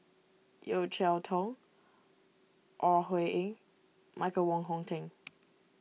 Yeo Cheow Tong Ore Huiying Michael Wong Hong Teng